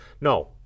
No